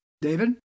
David